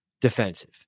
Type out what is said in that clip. defensive